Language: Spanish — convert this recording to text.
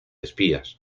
espías